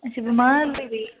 अच्छा बमार ही